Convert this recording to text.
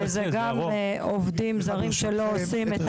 וזה גם עובדים זרים שלא עושים את